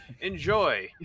enjoy